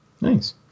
Nice